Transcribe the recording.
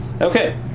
Okay